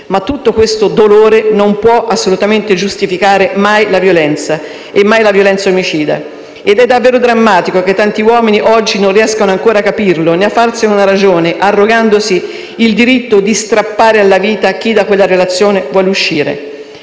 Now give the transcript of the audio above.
Ma tutto questo dolore non può assolutamente giustificare mai la violenza e mai la violenza omicida. È davvero drammatico che tanti uomini oggi non riescano ancora a capirlo né a farsene una ragione, arrogandosi il diritto di strappare alla vita chi da quella relazione vuole uscire.